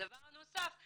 דבר נוסף,